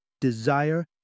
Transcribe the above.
desire